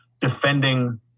defending